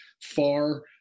far